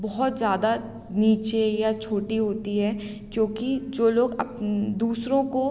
बहुत ज़्यादा नीचे या छोटी होती है क्योंकि जो लोग अप दूसरों को